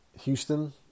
Houston